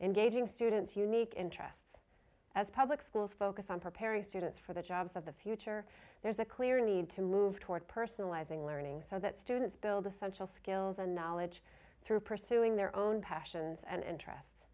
engaging students unique interests as public schools focus on preparing students for the jobs of the future there's a clear need to move toward personalizing learning so that students build essential skills and knowledge through pursuing their own passions and